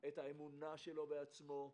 את האמונה שלו בעצמו,